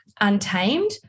Untamed